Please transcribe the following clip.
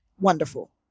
wonderful